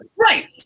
Right